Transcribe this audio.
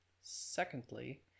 Secondly